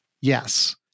Yes